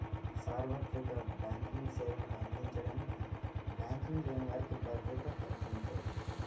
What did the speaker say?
సార్వత్రిక బ్యాంకింగ్ సేవలను అందించడానికి బ్యాంకింగ్ లేని వారికి భద్రత కల్పించడం